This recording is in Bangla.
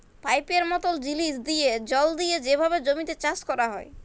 পাইপের মতল জিলিস দিঁয়ে জল দিঁয়ে যেভাবে জমিতে চাষ ক্যরা হ্যয়